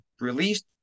released